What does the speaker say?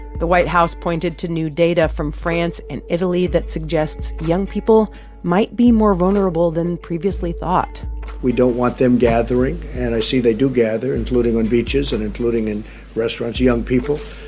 the white house pointed to new data from france and italy that suggests young people might be more vulnerable than previously thought we don't want them gathering, and i see they do gather, including on beaches and including in restaurants. young people,